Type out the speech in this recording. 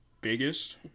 biggest